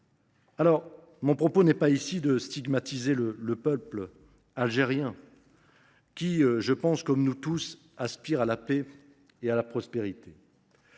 Mon propos n’est pas de stigmatiser le peuple algérien, qui, comme nous tous, aspire à la paix et à la prospérité.